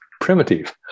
primitive